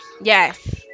Yes